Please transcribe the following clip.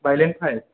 bylane five